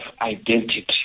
identity